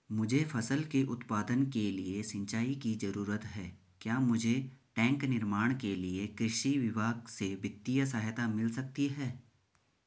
मुझे फसल के उत्पादन के लिए सिंचाई की जरूरत है क्या मुझे टैंक निर्माण के लिए कृषि विभाग से वित्तीय सहायता मिल सकती है?